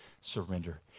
surrender